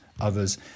others